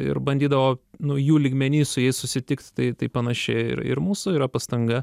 ir bandydavo nu jų lygmeny su jais susitikti tai taip panašiai ir ir mūsų yra pastanga